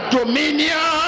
dominion